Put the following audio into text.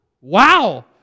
wow